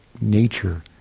nature